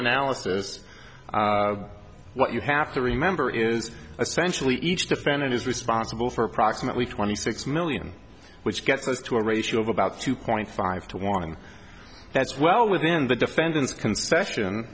analysis what you have to remember is essentially each defendant is responsible for approximately twenty six million which gets us to a ratio of about two point five to one that's well within the defendant's concession